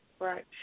Right